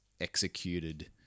executed